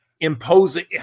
imposing